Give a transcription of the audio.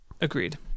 Agreed